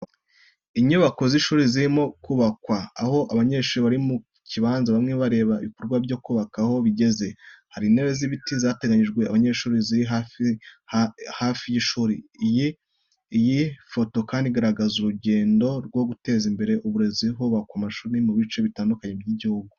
Inyubako z'ishuri zirimo kubakwa, aho abanyeshuri bari mu kibanza bamwe bareba ibikorwa byo kubaka aho bigeze. Hari intebe z'ibiti zateganyirijwe abanyeshuri ziri hanze hafi y'ishuri. Iyi foto kandi igaragaza urugendo rwo guteza imbere uburezi hubakwa amashuri mu bice bitandukanye by'igihugu.